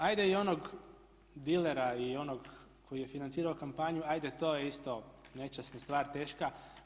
Hajde i onog dilera i onog koji je financirao kampanju, hajde to je isto nečasna stvar teška.